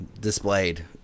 displayed